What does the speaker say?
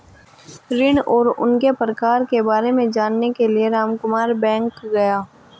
ऋण और उनके प्रकार के बारे में जानने के लिए रामकुमार बैंक गया